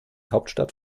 hauptstadt